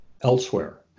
elsewhere